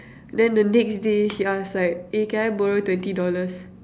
then the next day she ask like eh can I borrow twenty dollars